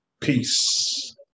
peace